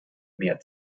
mehr